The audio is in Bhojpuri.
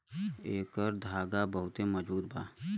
एकर धागा बहुते मजबूत बा